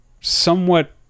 somewhat